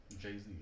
Jay-Z